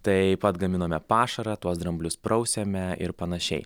taip pat gaminame pašarą tuos dramblius prausėme ir panašiai